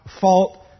fault